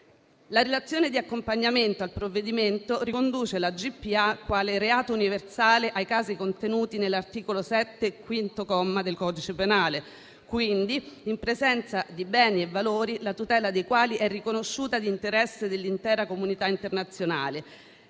La relazione di accompagnamento al provvedimento riconduce la GPA, quale reato universale, ai casi contenuti nell'articolo 7, comma 5, del codice penale, quindi in presenza di beni e valori, la tutela dei quali è riconosciuta di interesse dell'intera comunità internazionale.